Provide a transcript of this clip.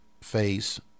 phase